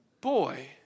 boy